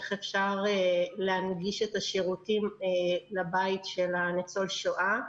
איך אפשר להנגיש את השירותים לביתו של ניצול השואה.